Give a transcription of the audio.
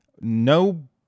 no